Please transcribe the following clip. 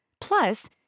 Plus